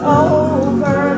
over